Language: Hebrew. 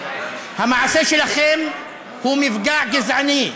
המעשה שלכם הוא מפגע גזעני.